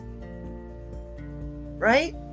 Right